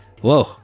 Whoa